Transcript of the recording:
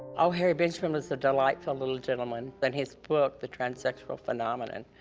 oh, harry benjamin was a delightful little gentleman, and his book, the transsexual phenomenon,